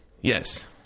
Yes